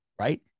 Right